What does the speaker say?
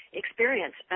experience